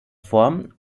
form